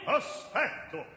aspetto